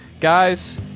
guys